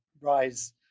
rise